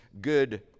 good